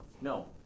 no